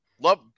love